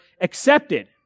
accepted